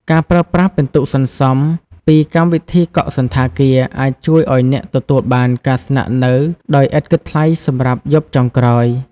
ការប្រើប្រាស់ពិន្ទុសន្សំ ពីកម្មវិធីកក់សណ្ឋាគារ អាចជួយឱ្យអ្នកទទួលបានការស្នាក់នៅដោយឥតគិតថ្លៃសម្រាប់យប់ចុងក្រោយ។